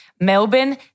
Melbourne